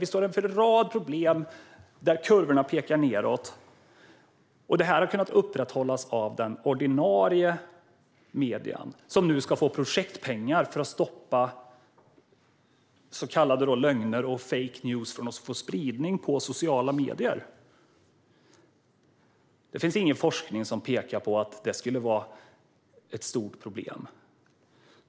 Vi står inför en rad problem med kurvor som pekar nedåt, och detta har kunnat upprätthållas av ordinarie medier som nu ska få projektpengar för att stoppa spridning av så kallade lögner och fake news i sociala medier. Det finns dock ingen forskning som pekar på att detta skulle vara ett stort problem.